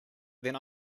then